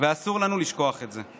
ואסור לנו לשכוח את זה.